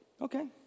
Okay